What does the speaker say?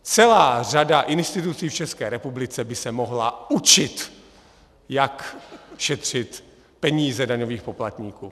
Celá řad institucí v České republice by se mohla učit, jak šetřit peníze daňových poplatníků.